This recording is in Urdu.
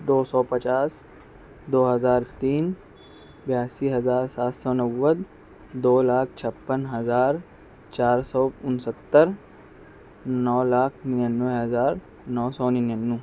دو سو پچاس دو ہزار تین بیاسی ہزار سات سو نوّے دو لاکھ چھپن ہزار چار سو انستر نو لاکھ ننانوے ہزار نو سو ننانوے